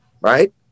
right